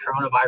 coronavirus